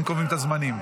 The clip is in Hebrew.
הם קובעים את הזמנים.